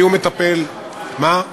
כי הוא מטפל, הוא יצא,